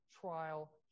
trial